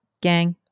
gang